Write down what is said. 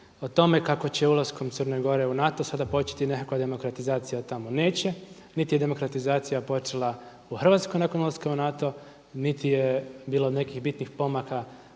o tome kako će ulaskom Crne Gore u NATO sada početi nekakva demokratizacija, a tamo neće, niti je demokratizacija počela u Hrvatskoj nakon ulaska u NATO, niti je bilo nekih bitnih pomaka